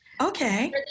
Okay